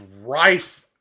rife